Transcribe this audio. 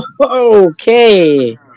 Okay